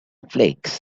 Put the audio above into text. flakes